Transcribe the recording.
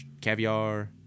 Caviar